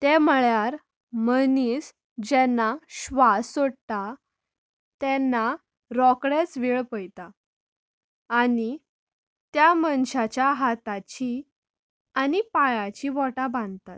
तें म्हळ्यार मनीस जेन्ना स्वास सोडटा तेन्ना रोखडेच वेळ पळयतात आनी त्या मनशाच्या हाताची आनी पांयाची बोटां बांदतात